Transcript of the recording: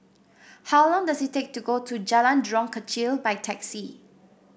how long does it take to go to Jalan Jurong Kechil by taxi